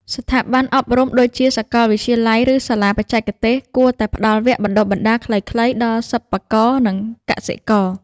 ស្ថាប័នអប់រំដូចជាសាកលវិទ្យាល័យ ឬសាលាបច្ចេកទេសគួរតែផ្តល់វគ្គបណ្តុះបណ្តាលខ្លីៗដល់សិប្បករនិងកសិករ។